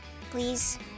please